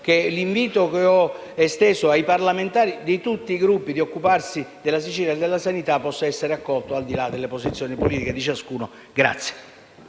che l'invito da me esteso ai parlamentari di tutti i Gruppi di occuparsi della Sicilia e della sanità possa essere accolto, al di là delle posizioni politiche di ciascuno. **Per